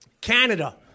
Canada